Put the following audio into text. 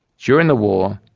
during the war,